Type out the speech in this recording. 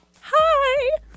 Hi